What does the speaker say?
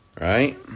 right